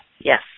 yes